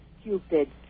stupid